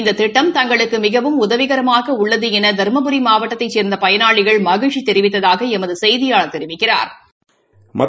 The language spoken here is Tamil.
இந்த திட்டம் தங்களுக்கு மிகவும் உதவிகரமாக உள்ளது என தருமபுரி மாவட்டத்தைச் சேன்ந்த பயனாளிகள் மகிழ்ச்சி தெரிவித்ததாக எமது செய்தியாளா் தெரிவிக்கிறாா்